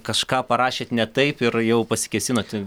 kažką parašėt ne taip yra jau pasikėsinot